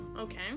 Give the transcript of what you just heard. Okay